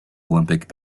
olympic